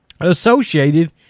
associated